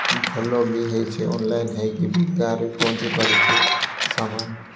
ଭଲ ବି ହୋଇଛି ଅନ୍ଲାଇନ୍ ହୋଇକି ବି ଗାଁରେ ବି ପହଞ୍ଚିପାରୁଛିି ସାମାନ୍